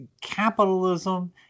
capitalism